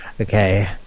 okay